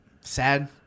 Sad